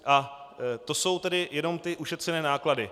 A to jsou jenom ty ušetřené náklady.